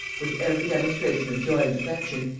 with every demonstration of joy and affection,